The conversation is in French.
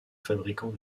fabricant